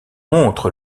montre